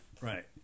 Right